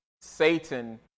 Satan